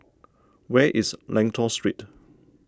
where is Lentor Street